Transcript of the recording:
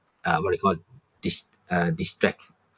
uh what it call dis~ uh distract~